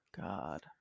God